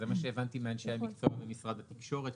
זה מה שהבנתי מאנשי המקצוע במשרד התקשורת,